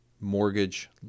mortgage